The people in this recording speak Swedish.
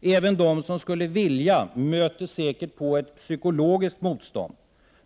Även de som skulle vilja möter säkert på ett psykologiskt motstånd,